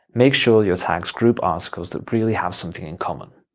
make sure your tags group articles that really have something in common.